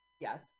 Yes